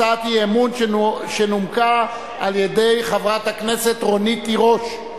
הצעת אי-אמון שנומקה על-ידי חברת הכנסת רונית תירוש.